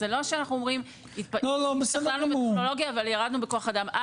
זה לא שאנחנו אומרים שהשתפרנו בטכנולוגיה אבל ירדנו בכוח אדם.